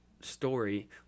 story